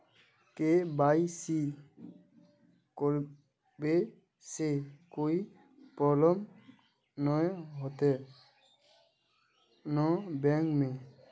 KYC करबे से कोई प्रॉब्लम नय होते न बैंक में?